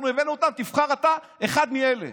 אנחנו הבאנו אותם, תבחר אתה אחד מאלה.